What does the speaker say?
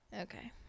Okay